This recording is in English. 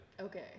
Okay